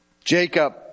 Jacob